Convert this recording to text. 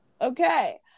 Okay